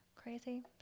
crazy